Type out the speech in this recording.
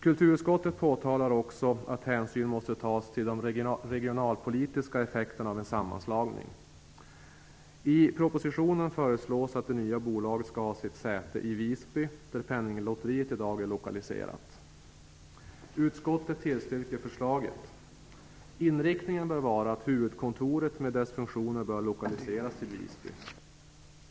Kulturutskottet påtalar också att hänsyn måste tas till de regionalpolitiska effekterna av en sammanslagning. I propositionen föreslås att det nya bolaget skall ha sitt säte i Visby, dit Penninglotteriet i dag är lokaliserat. Utskottet tillstyrker förslaget. Inriktningen bör vara att huvudkontoret med sina funktioner lokaliseras till Visby.